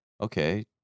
okay